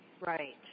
Right